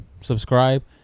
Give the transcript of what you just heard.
subscribe